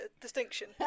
distinction